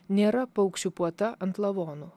nėra paukščių puota ant lavonų